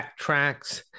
backtracks